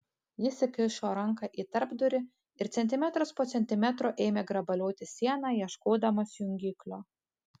jis įkišo ranką į tarpdurį ir centimetras po centimetro ėmė grabalioti sieną ieškodamas jungiklio